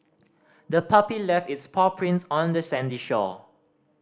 the puppy left its paw prints on the sandy shore